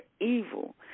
evil